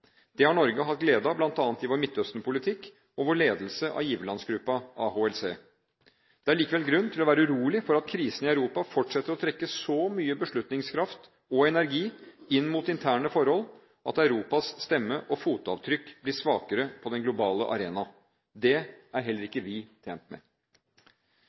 Det har Norge hatt glede av bl.a. i vår Midtøsten-politikk og vår ledelse av giverlandsgruppa AHLC. Det er likevel grunn til å være urolig for at krisen i Europa fortsetter å trekke så mye beslutningskraft og energi inn mot interne forhold at Europas stemme og fotavtrykk blir svakere på den globale arena. Det er heller ikke vi tjent med.